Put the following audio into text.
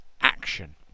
action